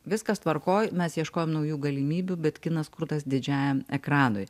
viskas tvarkoj mes ieškojom naujų galimybių bet kinas kurtas didžiajam ekranui